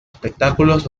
espectáculos